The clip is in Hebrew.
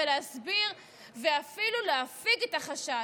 להסביר ואפילו להפיג את החשש.